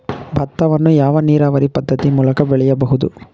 ಭತ್ತವನ್ನು ಯಾವ ನೀರಾವರಿ ಪದ್ಧತಿ ಮೂಲಕ ಬೆಳೆಯಬಹುದು?